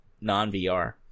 non-VR